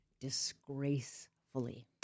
disgracefully